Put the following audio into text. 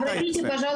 היא אומרת.